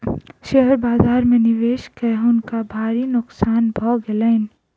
share बाजार में निवेश कय हुनका भारी नोकसान भ गेलैन